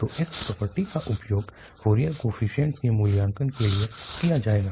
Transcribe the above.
तो उस प्रॉपर्टी का उपयोग फोरियर कोफीशिएंट्स के मूल्यांकन के लिए किया जाएगा